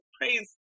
Praise